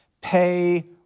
Pay